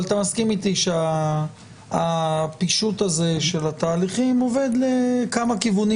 אבל אתה מסכים אתי שהפישוט הזה של התהליכים עובד לכמה כיוונים